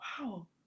wow